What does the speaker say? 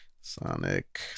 Sonic